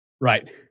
Right